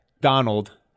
Donald